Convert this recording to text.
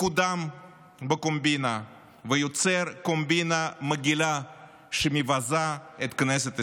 מקודם בקומבינה ויוצר קומבינה מגעילה שמבזה את כנסת ישראל.